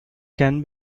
can